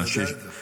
אני יודע את זה.